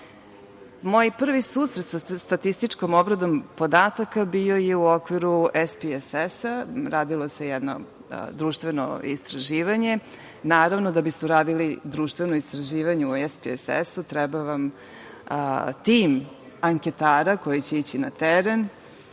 prvi susret sa statističkom obradom podataka bio je u okviru SPS-a, radilo se jedno društveno istraživanje. Naravno, da biste uradili društveno istraživanje u SPS-u treba vam tim anketara koji će ići na teren,